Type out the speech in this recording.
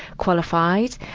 qualified.